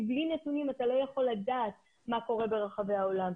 בלי נתונים אתה לא יכול לדעת מה קורה ברחבי העולם.